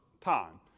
time